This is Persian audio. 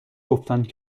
گفتند